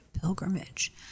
pilgrimage